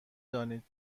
دانید